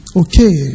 okay